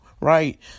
Right